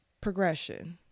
progression